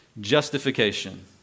Justification